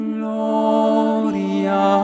Gloria